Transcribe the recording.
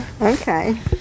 Okay